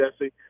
Jesse